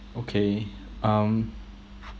okay um